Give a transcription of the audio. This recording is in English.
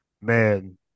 Man